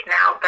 now